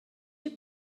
you